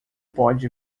pode